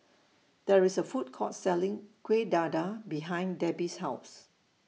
There IS A Food Court Selling Kueh Dadar behind Debbi's House